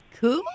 Cool